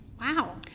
Wow